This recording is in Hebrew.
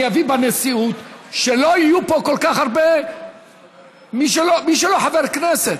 אני אביא בנשיאות שלא יהיו פה כל כך הרבה מי שלא חברי כנסת.